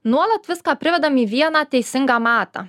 nuolat viską privedam į vieną teisingą matą